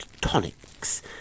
tonics